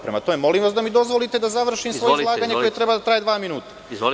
Prema tome, molim vas da mi dozvolite da završim svoje izlaganje koje treba da traje dva minuta.